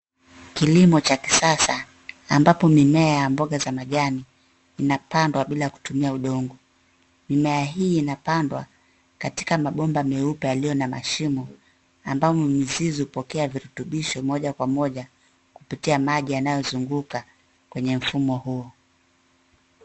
Kilimo cha kisasa ambapo mimea ya mboga za majani inapandwa bila kutumia udongo, mimea hii inapandwa katika mabomba meupe yaliyo na mashimo ambamo mizizi hupokea virutubisho moja kwa moja kupitia maji yanayozunguka kwenye mfumo huu.